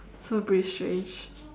so a bit strange